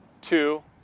two